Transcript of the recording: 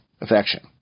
affection